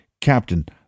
Captain